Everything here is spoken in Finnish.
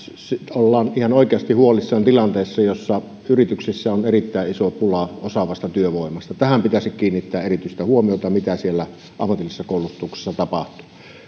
ollaan ihan oikeasti huolissaan tilanteessa jossa yrityksissä on erittäin iso pula osaavasta työvoimasta pitäisi kiinnittää erityistä huomiota siihen mitä siellä ammatillisessa koulutuksessa tapahtuu